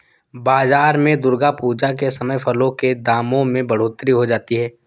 बाजार में दुर्गा पूजा के समय फलों के दामों में बढ़ोतरी हो जाती है